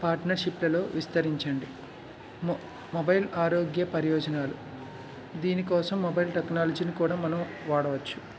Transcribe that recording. పార్టనర్షిప్లో విస్తరించండి మొబై మొబైల్ ఆరోగ్య పరియోజనాలు దీనికోసం మొబైల్ టెక్నాలజీని కూడా మనం వాడవచ్చు